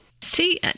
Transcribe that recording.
See